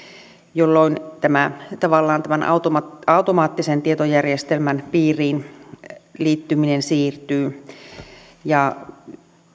jolloin tavallaan tämän automaattisen automaattisen tietojärjestelmän piiriin liittyminen siirtyy ja